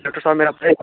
doctor साहब मैं अपने